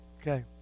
Okay